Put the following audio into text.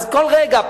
אז כל רגע,